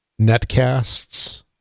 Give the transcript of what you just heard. netcasts